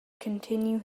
continue